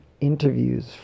interviews